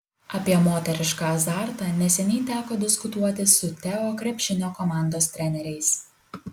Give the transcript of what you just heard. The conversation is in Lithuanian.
apie moterišką azartą neseniai teko diskutuoti su teo krepšinio komandos treneriais